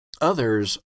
others